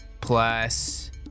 plus